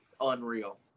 Unreal